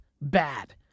bad